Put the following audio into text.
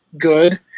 good